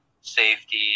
safety